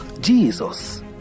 Jesus